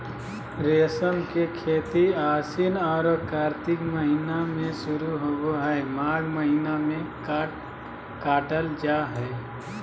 रेशम के खेती आशिन औरो कार्तिक महीना में शुरू होबे हइ, माघ महीना में काटल जा हइ